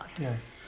Yes